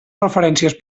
referències